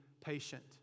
patient